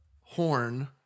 horn